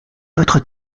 votre